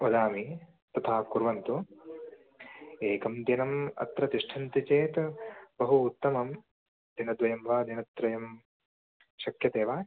वदामि तथा कुर्वन्तु एकं दिनम् अत्र तिष्ठन्ति चेत् बहु उत्तमं दिनद्वयं वा दिनत्रयं शक्यते वा